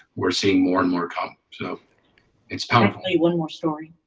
we're seeing more and more common. so it's powerful one more story.